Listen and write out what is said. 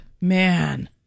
man